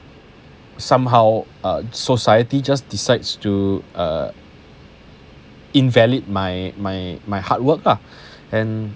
somehow uh society just decides to uh invalid my my my hard work lah and